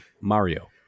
Mario